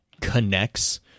connects